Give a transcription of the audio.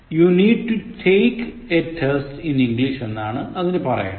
You need to take a test in English എന്നാണ് അതിനു പറയേണ്ടത്